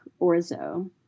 orzo